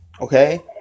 Okay